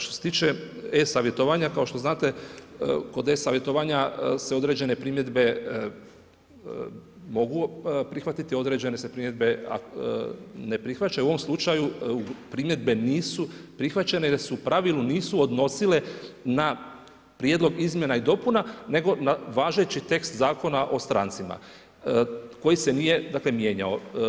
Što se tiče e-savjetovanja kao što znate, kod e-savjetovanja se određene primjedbe mogu prihvatiti, određene se primjedbe ne prihvaćaju, u ovom slučaju primjedbe nisu prihvaćene jer se u pravilu nisu odnosile na prijedlog izmjena i dopuna nego na važeći tekst Zakona o strancima koji se nije mijenjao.